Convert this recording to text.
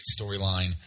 storyline